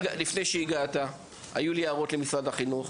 לפני שהגעת היו לי הערות והארות למשרד החינוך